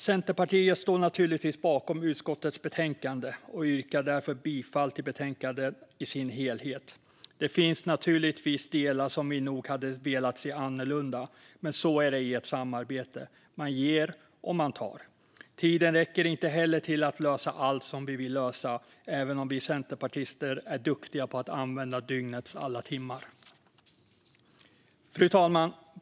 Centerpartiet står naturligtvis bakom utskottets betänkande och yrkar därför bifall till förslaget i sin helhet. Det finns naturligtvis delar som vi hade velat se annorlunda, men så är det i ett samarbete - man ger och tar. Tiden räcker inte heller till att lösa allt som vi vill lösa, även om vi centerpartister är duktiga på att använda dygnets alla timmar. Fru talman!